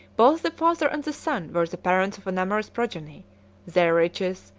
both the father and the son were the parents of a numerous progeny their riches,